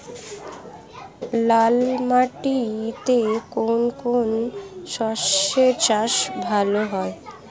লাল মাটিতে কোন কোন শস্যের চাষ ভালো হয়?